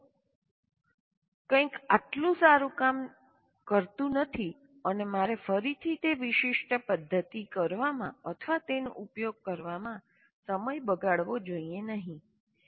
જો કંઈક આટલું સારું કામ કરતું નથી અને મારે ફરીથી તે વિશિષ્ટ પદ્ધતિ કરવામાં અથવા તેનો ઉપયોગ કરવામાં સમય બગાડવો જોઈએ નહીં